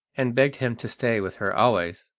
and begged him to stay with her always.